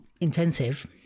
intensive